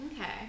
Okay